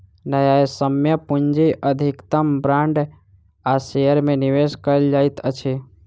न्यायसम्य पूंजी अधिकतम बांड आ शेयर में निवेश कयल जाइत अछि